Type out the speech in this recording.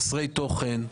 חסרי תוכן.